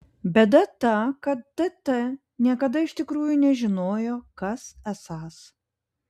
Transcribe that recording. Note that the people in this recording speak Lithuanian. bėda ta kad tt niekada iš tikrųjų nežinojo kas esąs